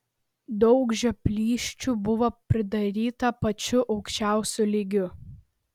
daug žioplysčių buvo pridaryta pačiu aukščiausiu lygiu